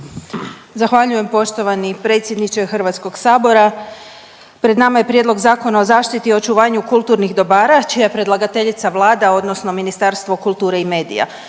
Zahvaljujem poštovani predsjedniče Hrvatskog sabora. Pred nama je Prijedlog zakona o zaštiti i očuvanju kulturnih dobara, čija je predlagateljica Vlada odnosno Ministarstvo kulture i medija.